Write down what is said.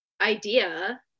idea